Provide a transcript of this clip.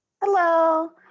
Hello